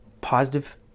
positive